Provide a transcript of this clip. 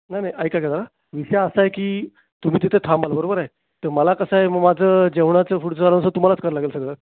नाही नाही ऐका जरा विषय असा आहे की तुम्ही तिथं थांबाल बरोबर आहे तर मला कसं आहे मग माझं जेवणाचं पुढचं जरासं तुम्हालाच करावं लागेल सगळं